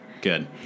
Good